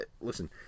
Listen